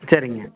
சரிங்க